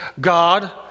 God